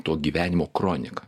to gyvenimo kronika